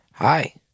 Hi